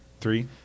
Three